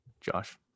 Josh